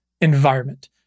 environment